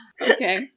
Okay